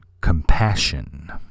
compassion